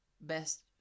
Best